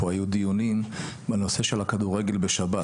גם אז היו פה דיונים על הנושא של הכדורגל בשבת,